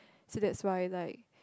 so that's why like